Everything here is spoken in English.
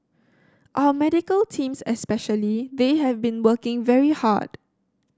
our medical teams especially they have been working very hard